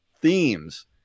themes